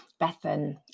Bethan